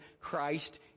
Christ